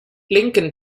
lincoln